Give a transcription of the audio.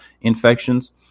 infections